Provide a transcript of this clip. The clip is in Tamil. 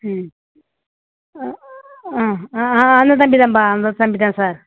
ம் ஆ ஆ அந்த தம்பிதாம்ப்பா அந்த தம்பிதான் சார்